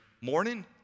morning